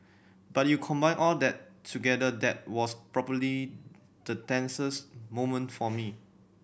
but you combine all that together that was probably the tensest moment for me